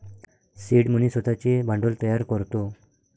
seed money स्वतःचे भांडवल तयार करतो